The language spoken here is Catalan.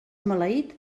maleït